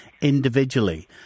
individually